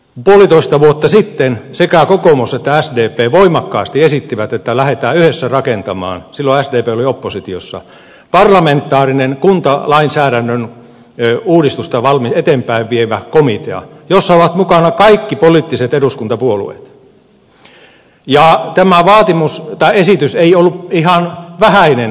puolitoista vuotta sitten sekä kokoomus että sdp voimakkaasti esittivät että lähetään yhdessä rakentamaan silloin sdp oli oppositiossa parlamentaarinen kuntalainsäädännön uudistusta eteenpäin vievä komitea jossa ovat mukana kaikki poliittiset eduskuntapuolueet ja tämä esitys ei ollut ihan vähäinen